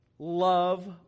Love